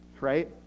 right